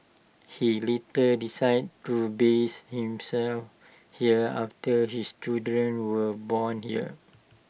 he later decided to base himself here after his children were born here